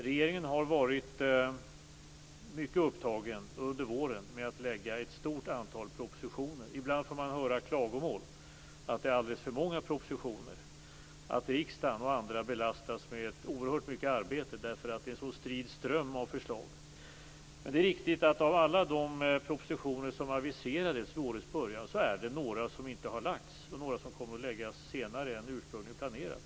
Regeringen har varit mycket upptagen under våren med att lägga fram ett stort antal propositioner. Ibland får man höra klagomål att det är alldeles för många propositioner, att riksdagen och andra belastas med oerhört mycket arbete därför att det är en så strid ström av förslag. Det är riktigt att av alla de propositioner som aviserades vid årets början är det några som inte har framlagts och några som kommer senare än det var ursprungligen planerat.